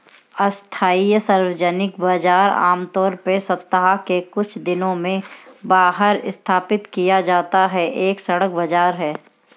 अस्थायी सार्वजनिक बाजार, आमतौर पर सप्ताह के कुछ दिनों में बाहर स्थापित किया जाता है, एक सड़क बाजार है